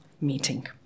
meeting